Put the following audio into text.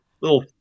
little